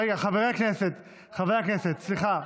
רגע, חברי הכנסת, חבר הכנסת, סליחה,